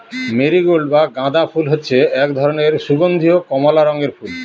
marigold বা গাঁদা ফুল হচ্ছে এক ধরনের সুগন্ধীয় কমলা রঙের ফুল